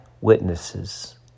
Witnesses